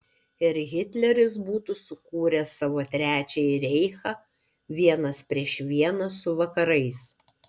ir hitleris būtų sukūręs savo trečiąjį reichą vienas prieš vieną su vakarais